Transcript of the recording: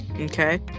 Okay